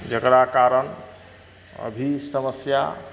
जेकरा कारण अभी समस्या